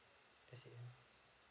I see